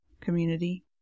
community